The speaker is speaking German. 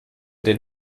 den